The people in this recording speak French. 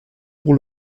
pour